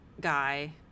guy